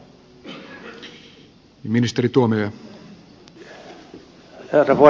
herra puhemies